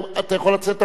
אתה יכול לצאת החוצה.